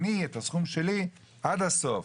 אני את הסכום שלי עד הסוף,